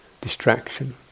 distraction